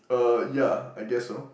uh ya I guess so